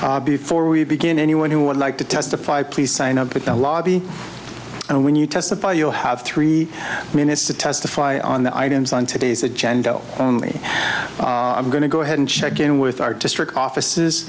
before we begin anyone who would like to testify please sign up at the lobby and when you testify you'll have three minutes to testify on the items on today's agenda only i'm going to go ahead and check in with our district offices